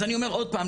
אז אני אומר עוד פעם,